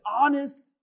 honest